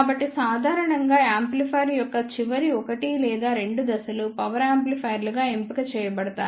కాబట్టి సాధారణంగా యాంప్లిఫైయర్ యొక్క చివరి 1 లేదా 2 దశలు పవర్ యాంప్లిఫైయర్లుగా ఎంపిక చేయబడతాయి